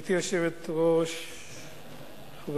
ואת הדיון יפתח ממלא-מקום יושב-ראש הוועדה, חבר